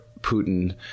Putin